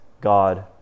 God